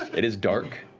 it is dark.